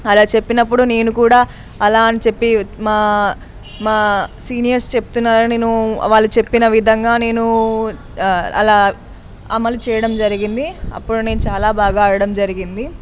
అలా చెప్పినప్పుడు నేను కూడా అలా అని చెప్పి మా మా సీనియర్స్ చెప్తున్నారని నేను వాళ్ళు చెప్పిన విధంగా నేను అలా అమలు చేయడం జరిగింది అప్పుడు నేను చాలా బాగా ఆడడం జరిగింది